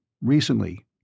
Recently